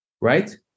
Right